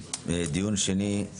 דיון שני,